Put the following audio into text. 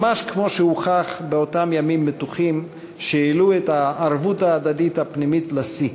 ממש כמו שהוכח באותם ימים מתוחים שהעלו את הערבות ההדדית הפנימית לשיא,